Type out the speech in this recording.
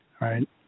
right